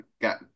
got